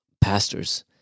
pastors